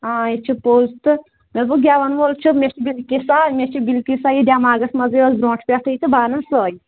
آ یے چھِ پوٚز تہٕ مےٚ دوٚپُکھ گٮ۪وَن وول چھُ مےٚ چھِ بِلکِسہ مےٚ چھِ بِلکِسہ یہِ دٮ۪ماغَس منٛزٕے ٲس برٛونٛٹھ پٮ۪ٹھٕے تہٕ بہٕ اَنَن سۄے